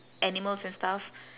animals and stuff